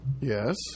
Yes